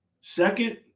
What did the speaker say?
second